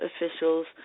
officials